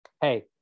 hey